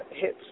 hits